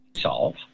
Solve